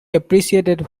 appreciated